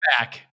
back